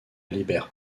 libère